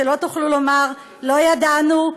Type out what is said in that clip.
שלא תוכלו לומר: לא ידענו,